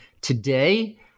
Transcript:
today